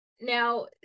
Now